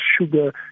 sugar